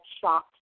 shocked